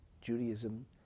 Judaism